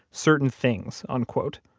certain things, unquote,